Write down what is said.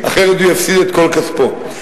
אחרת יפסיד את כל כספו.